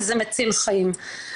כי זה מציל חיים.